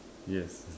yes